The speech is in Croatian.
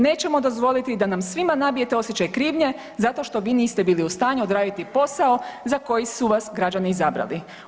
Nećemo dozvoliti da nam svima nabijete osjećaj krivnje zato što vi niste bili u stanju odraditi posao za koji su vas građani izabrali.